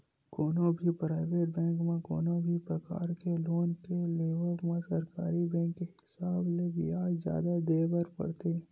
कोनो भी private bank म कोनो भी परकार के लोन के लेवब म सरकारी बेंक के हिसाब ले बियाज जादा देय बर परथे